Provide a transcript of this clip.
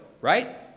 right